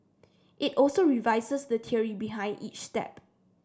it also revises the theory behind each step